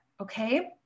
okay